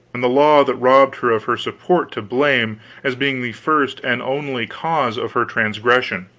and the law that robbed her of her support to blame as being the first and only cause of her transgression